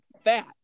fat